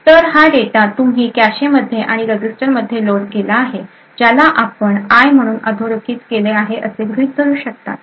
तर हा डेटा तुम्ही कॅशेमध्ये आणि रजिस्टर मध्ये लोड केला आहे ज्याला आपण I म्हणून अधोरेखित केले आहे असे गृहीत धरू शकतात